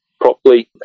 properly